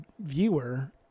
viewer